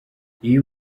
iyo